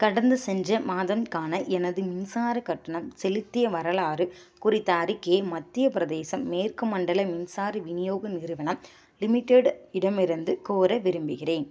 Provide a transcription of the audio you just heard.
கடந்த சென்ற மாதம்கான எனது மின்சாரக் கட்டணம் செலுத்திய வரலாறு குறித்த அறிக்கையை மத்திய பிரதேசம் மேற்கு மண்டல மின்சார விநியோக நிறுவனம் லிமிடெட் இடமிருந்து கோர விரும்புகிறேன்